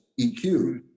EQ